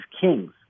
kings